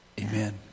Amen